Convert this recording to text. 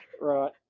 Right